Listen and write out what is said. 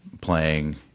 playing